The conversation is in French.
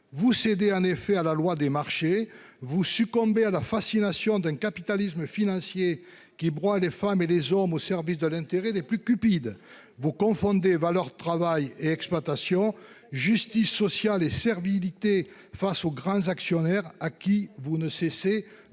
vous cédez en effet à la loi des marchés vous succomber à la fascination d'un capitalisme financier qui broie les femmes et les hommes au service de l'intérêt des plus. Vous confondez leur travail et exploitation justice sociale et servilité face aux grands actionnaires à qui vous ne cessez de